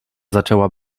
zaczęła